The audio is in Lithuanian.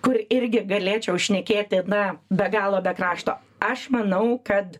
kur irgi galėčiau šnekėti na be galo be krašto aš manau kad